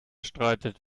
streitet